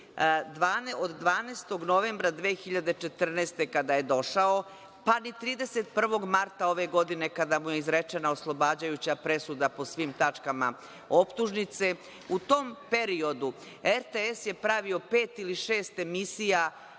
Od 12. novembra 2014. godine kada je došao, pa ni 31. marta ove godine kada mu je izrečena oslobađajuća presuda po svim tačkama optužnice. U tom periodu RTS je pravio pet ili šest emisija